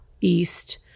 east